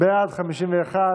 סיעת הליכוד,